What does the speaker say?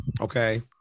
Okay